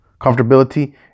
comfortability